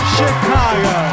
Chicago